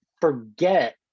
forget